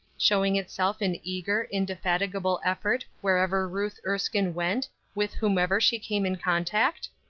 showing itself in eager, indefatigable effort wherever ruth erskine went, with whomsoever she came in contact?